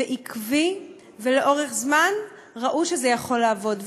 ועקבי, ולאורך זמן, ראו שזה יכול לעבוד.